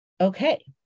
Okay